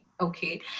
Okay